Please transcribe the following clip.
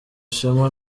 ishema